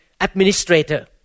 administrator